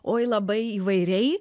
oi labai įvairiai